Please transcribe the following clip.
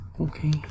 Okay